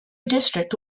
district